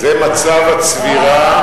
זה מצב הצבירה,